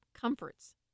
comforts